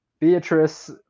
beatrice